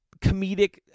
comedic